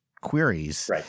queries